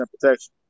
protection